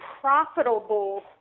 profitable